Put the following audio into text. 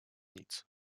nic